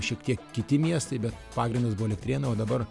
šiek tiek kiti miestai bet pagrindas buvo elektrėnai o dabar